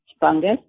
fungus